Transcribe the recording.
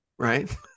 right